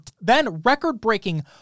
then-record-breaking